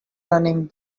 running